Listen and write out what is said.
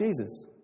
Jesus